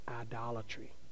idolatry